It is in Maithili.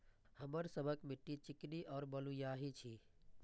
हमर सबक मिट्टी चिकनी और बलुयाही छी?